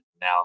Now